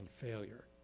failure